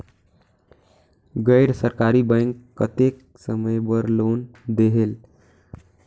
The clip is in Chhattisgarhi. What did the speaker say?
गैर सरकारी बैंक कतेक समय बर लोन देहेल?